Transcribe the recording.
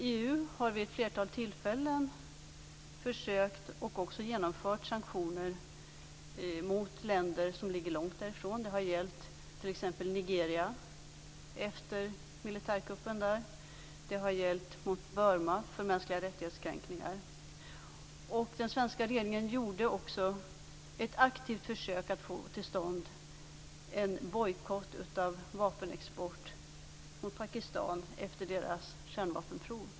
EU har vid ett flertal tillfällen försökt genomföra och också genomfört sanktioner mot länder som ligger långt härifrån. Det har t.ex. gällt Nigeria efter militärkuppen där och det har gällt Burma för kränkningar av mänskliga rättigheter. Den svenska regeringen gjorde också ett aktivt försök att få till stånd en bojkott av vapenexport till Pakistan efter landets kärnvapenprov.